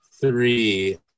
three